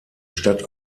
stadt